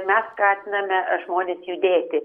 mes skatiname žmones judėti